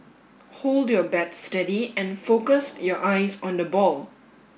hold your bat steady and focus your eyes on the ball